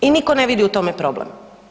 I niko ne vidi u tome problem.